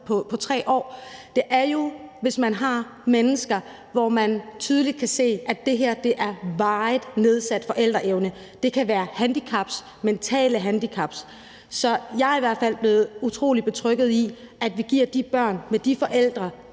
på 3 år, og det er jo, hvis man har mennesker, hvor man tydeligt kan se, at det her er varigt nedsat forældreevne; det kan være handicaps, mentale handicaps – er jeg i hvert fald blevet utrolig betrygget i, at vi giver de børn med de forældre